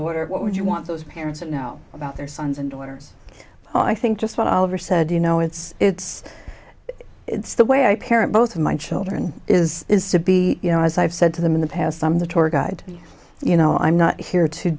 daughter what would you want those parents that know about their sons and daughters i think just what oliver said you know it's it's it's the way i parent both of my children is to be you know as i've said to them in the past some of the tour guide you know i'm not here to